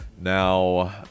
Now